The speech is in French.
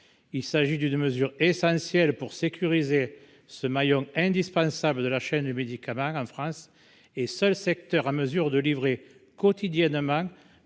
mesure est essentielle pour sécuriser ce maillon indispensable de la chaîne du médicament en France. Il s’agit du seul secteur en mesure de livrer quotidiennement